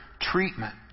treatment